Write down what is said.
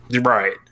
Right